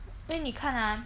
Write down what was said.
因为你看 ah